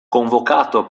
convocato